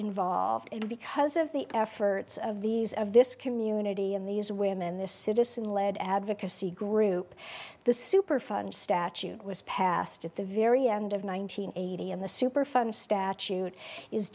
involved and because of the efforts of these of this community and these women the citizen led advocacy group the superfund statute was passed at the very end of one nine hundred eighty and the superfund statute is